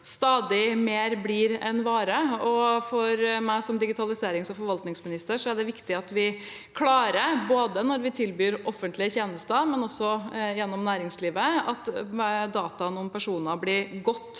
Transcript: stadig mer blir en vare, og for meg som digitaliserings- og forvaltningsminister er det viktig at vi klarer, både når vi tilbyr offentlige tjenester og også i næringslivet, å oppbevare data om personer på en